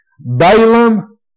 Balaam